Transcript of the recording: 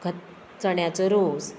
खत चण्याचो रोस